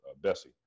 Bessie